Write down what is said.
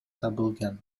табылган